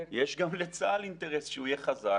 יש גם לצה"ל אינטרס שהוא יהיה חזק,